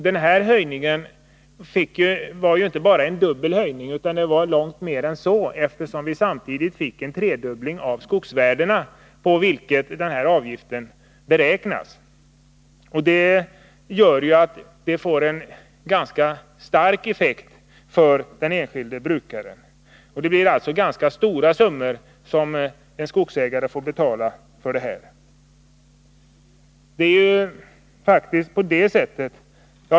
Det var ju inte bara en dubbel höjning utan långt mer än så, eftersom vi samtidigt fick en tredubbling av skogsvärdena, på vilka avgiften beräknas. Detta gör att det blir en ganska stark effekt för den enskilde brukaren. Det blir alltså rätt stora summor som en skogsägare får betala.